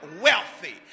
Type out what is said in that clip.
wealthy